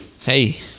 Hey